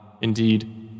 Indeed